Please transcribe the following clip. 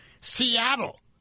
Seattle